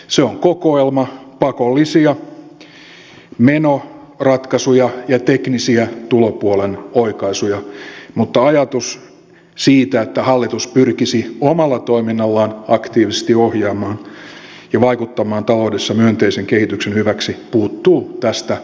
se on kokoelma pakollisia menoratkaisuja ja teknisiä tulopuolen oikaisuja mutta ajatus siitä että hallitus pyrkisi omalla toiminnallaan aktiivisesti ohjaamaan ja vaikuttamaan taloudessa myönteisen kehityksen hyväksi puuttuu tästä kokonaan